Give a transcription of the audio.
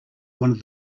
wanted